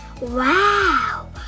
Wow